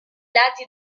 lati